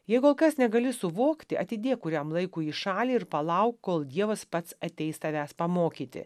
jeigu kas negali suvokti atidėk kuriam laikui į šalį ir palauk kol dievas pats ateis tavęs pamokyti